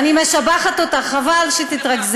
אני משבחת אותך, חבל שתתרגזי.